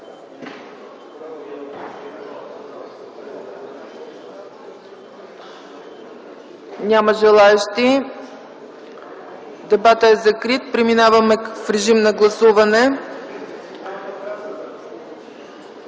Няма. Дебатът е закрит. Преминаваме в режим на гласуване.